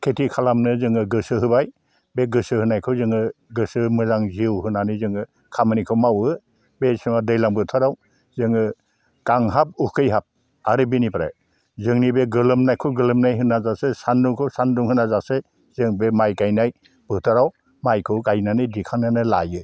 खेथि खालामनो जोङो गोसो होबाय बे गोसो होनायखौ जोङो गोसो मोजां जिउ होनानै जोङो खामानिखौ मावो बे समाव दैलां बोथोराव जोङो गांहाब उखैहाब आरो बेनिफ्राय जोंनि बे गोलोमनायखौ गोलोमनाय होनाजासे सानदुंखौ सानदुं होनाजासे जों बे माइ गायनाय बोथोराव माइखौ गाइनानै दिखांनानै लायो